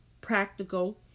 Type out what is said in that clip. practical